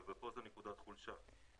ופה זו נקודת חולשה.